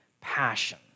passion